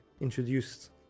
introduced